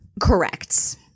Correct